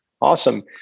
Awesome